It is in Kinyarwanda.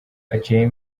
haciyeho